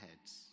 heads